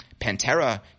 Pantera